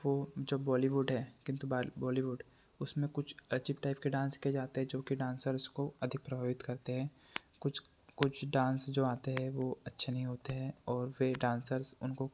वो जो बौलीवुड है किन्तु बाल बौलीवुड उसमें कुछ अजीब टैप के डांस किए जाते हैं जो कि डांसर्स को अधिक प्रभावित करते हैं कुछ कुछ डांस जो आते हैं वो अच्छे नहीं होते हैं और वे डांसर्स उनको